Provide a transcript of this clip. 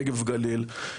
נגב גליל.